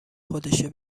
خودشه